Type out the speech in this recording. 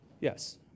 Yes